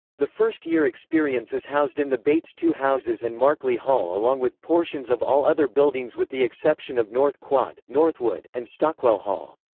the first year experience is housed in the baits ii houses and markley hall along with portions of all other buildings with the exception of north quad, northwood, and stockwell hall.